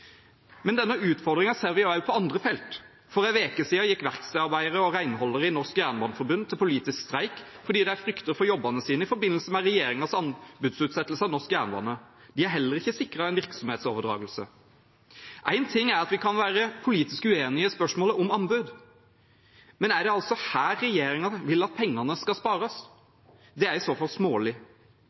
Men denne utfordringen ser vi også på andre felt. For en uke siden gikk verkstedarbeidere og renholdere i Norsk Jernbaneforbund til politisk streik fordi de frykter for jobbene sine i forbindelse med regjeringens anbudsutsettelse av norsk jernbane. De er heller ikke sikret i en virksomhetsoverdragelse. Én ting er at vi kan være uenige i spørsmålet om anbud. Men er det her regjeringen vil at pengene skal spares? Det er i så fall smålig,